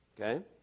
okay